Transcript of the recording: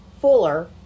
fuller